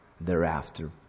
thereafter